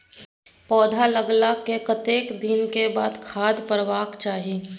पौधा लागलाक कतेक दिन के बाद खाद परबाक चाही?